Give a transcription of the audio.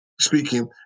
speaking